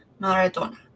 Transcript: Maradona